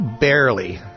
barely